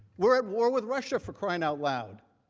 we are at war with russia. for crying out loud.